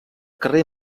carrer